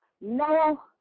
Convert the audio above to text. no